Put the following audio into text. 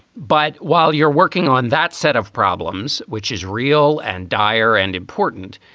but while you're working on that set of problems, which is real and dire and important,